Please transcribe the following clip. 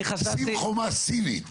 שים חומה סינית.